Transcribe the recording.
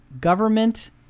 government